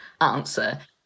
answer